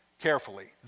carefully